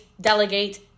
delegate